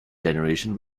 generation